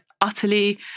Utterly